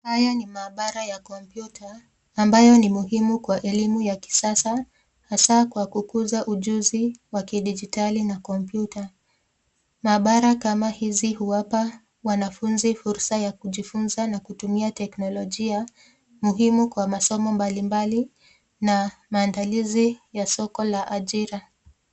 Haya ni mahabara ya kompyuta ambayo ni muhimu kwa elimu ya kisasa hasa kwa kukuza ujuzi wa kidijitali na kompyuta. Mahabara kama hizi huwapa wanafunzi fursa ya kujifunza na kutumia teknolojia muhimu kwa masomo mbali mbali na maandalizi ya soko la ajira.